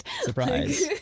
Surprise